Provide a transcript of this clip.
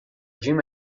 jim